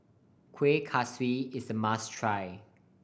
Kueh Kaswi is a must try